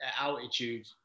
altitude